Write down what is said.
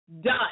done